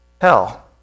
hell